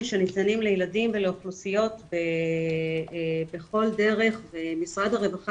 שניתנים לילידם ולאוכלוסיות בכל דרך ומשרד הרווחה